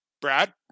Brad